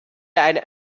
eine